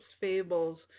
Fables